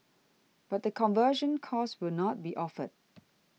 but the conversion course will not be offered